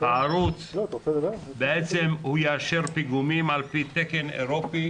הערוץ יאשר פיגומים על פי תקן אירופי